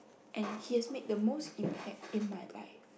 and he has made the most impact in my life